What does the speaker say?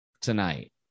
tonight